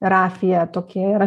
rafija tokia yra